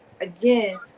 Again